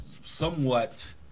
somewhat